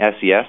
SES